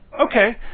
Okay